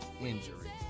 injury